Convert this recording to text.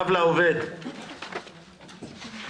קודם כל,